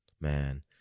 man